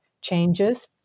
changes